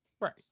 Right